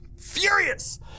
furious